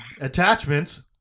attachments